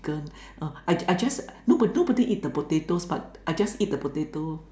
chicken uh I I just nobody nobody eat the potatoes but I just eat the potato